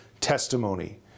testimony